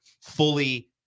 fully